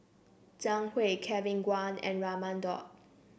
Zhang Hui Kevin Kwan and Raman Daud